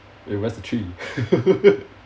eh where's the three